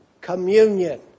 Communion